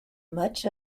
much